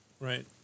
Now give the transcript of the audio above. Right